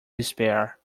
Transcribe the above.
despair